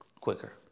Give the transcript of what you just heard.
quicker